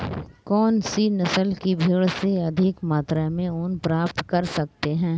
कौनसी नस्ल की भेड़ से अधिक मात्रा में ऊन प्राप्त कर सकते हैं?